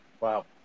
Wow